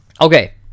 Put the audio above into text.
okay